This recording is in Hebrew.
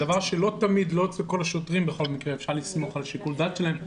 זה לשיקול דעת השוטר ולא אצל כל השוטרים אפשר לסמוך על שיקול דעת שלהם.